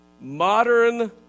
Modern